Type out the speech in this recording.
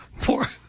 poor